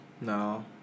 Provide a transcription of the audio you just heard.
No